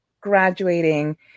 graduating